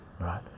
right